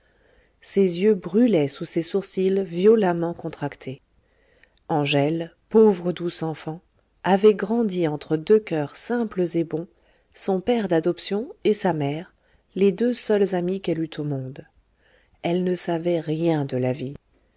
ses yeux brûlaient sous ses sourcils violemment contractés angèle pauvre douce enfant avait grandi entre deux coeurs simples et bons son père d'adoption et sa mère les deux seuls amis qu'elle eût au monde elle ne savait rien de la vie